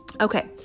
Okay